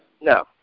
no